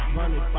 money